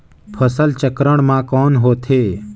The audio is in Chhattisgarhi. फसल चक्रण मा कौन होथे?